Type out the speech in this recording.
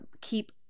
keep